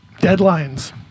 deadlines